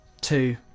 two